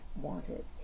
wanted